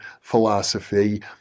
philosophy